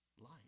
light